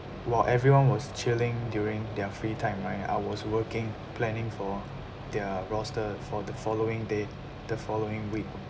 while everyone was chilling during their free time right I was working planning for their roster for the following day the following week